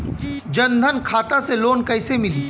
जन धन खाता से लोन कैसे मिली?